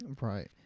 Right